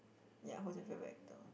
ya whose your favorite actor